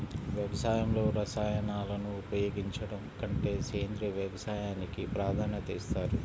వ్యవసాయంలో రసాయనాలను ఉపయోగించడం కంటే సేంద్రియ వ్యవసాయానికి ప్రాధాన్యత ఇస్తారు